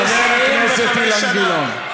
חבר הכנסת אילן גילאון.